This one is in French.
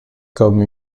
comme